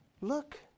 look